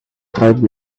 five